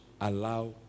allow